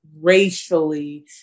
racially